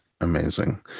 Amazing